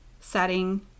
Setting